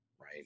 right